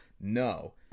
No